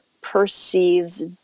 perceives